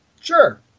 Sure